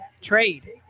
Trade